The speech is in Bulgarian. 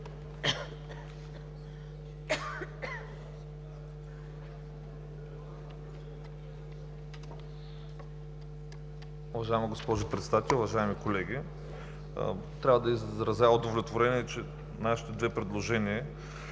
Уважаема госпожо Председател, уважаеми колеги! Трябва да изразя удовлетворение, че нашите две предложения